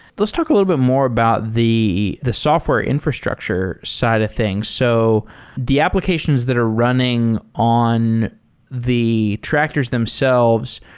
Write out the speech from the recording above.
let's talk a little bit more about the the software infrastructure side of things. so the applications that are running on the tractors themselves,